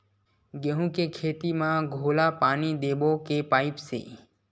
गेहूं के खेती म घोला पानी देबो के पाइप से?